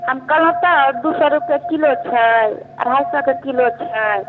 हम कहलहुँ तऽ दू सए रुपए किलो छै अढ़ाइ सए के किलो छै